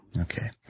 Okay